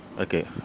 Okay